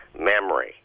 memory